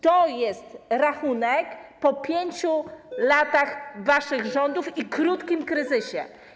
To jest rachunek po 5 latach waszych rządów i krótkim kryzysie.